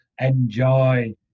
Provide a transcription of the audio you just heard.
enjoy